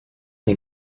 nei